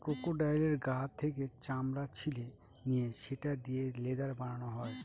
ক্রোকোডাইলের গা থেকে চামড়া ছিলে নিয়ে সেটা দিয়ে লেদার বানানো হয়